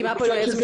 כבר היה גישור.